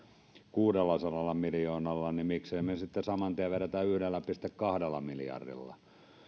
kuudellasadalla miljoonalla niin miksemme sitten saman tien vedä yhdellä pilkku kahdella miljardilla